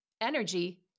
energy